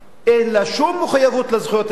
אין לה שום מחויבות לזכויות אזרח,